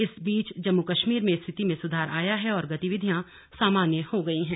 इस बीच जम्मू कश्मीर में स्थिति में सुधार आया है और गतिविधियां सामान्य हो गई हैं